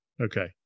Okay